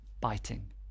biting